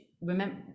remember